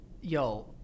yo